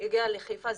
יגיע לחיפה.